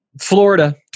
Florida